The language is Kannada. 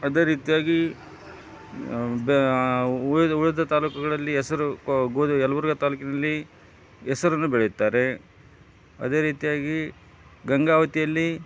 ಅದೇ ರೀತಿಯಾಗಿ ಬೆ ಉಳಿದ ಉಳಿದ ತಾಲ್ಲೂಕುಗಳಲ್ಲಿ ಹೆಸ್ರು ಗೋಧಿ ಯಲಬುರ್ಗಾ ತಾಲ್ಲೂಕಿನಲ್ಲಿ ಹೆಸ್ರನ್ನ ಬೆಳೆಯುತ್ತಾರೆ ಅದೇ ರೀತಿಯಾಗಿ ಗಂಗಾವತಿಯಲ್ಲಿ